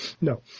No